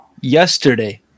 yesterday